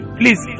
please